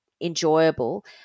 enjoyable